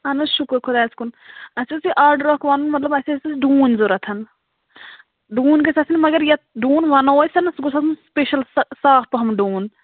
اہن حظ شُکُر خۄدایَس کُن اَسہِ حظ چھِ آرڈَر اَکھ وَنُن مطلب اَسہِ ٲسۍ حظ ڈوٗنۍ ضوٚرَتھ ڈوٗنۍ گٔژھۍ آسٕنۍ مگر یَتھ ڈوٗن وَنو أسٮ۪ن سُہ گوٚژھ آسُن سٕپیشَل سہ صاف پَہَم ڈوٗن